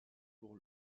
pour